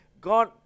God